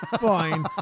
fine